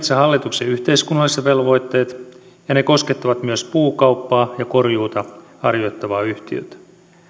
huomioitu metsähallituksen yhteiskunnalliset velvoitteet ja ne koskettavat myös puukauppaa ja korjuuta harjoittavaa yhtiötä